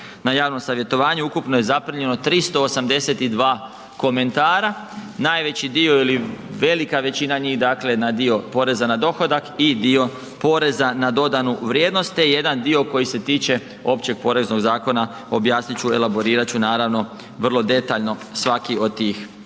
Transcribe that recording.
Na javnom savjetovanju ukupno je zaprimljeno 382 komentara, najveći dio ili velika većina njih na dio poreza na dohodak i dio poreza na dodanu vrijednost te jedan dio koji se tiče Općeg poreznog zakona, objasnit ću elaborirat ću naravno vrlo detaljno svaki od tih